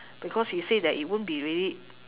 because he say that it won't be really